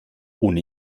ohne